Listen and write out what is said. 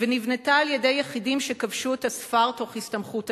ונבנתה על-ידי יחידים שכבשו את הספר תוך הסתמכות עצמית.